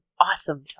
awesome